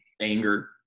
anger